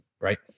right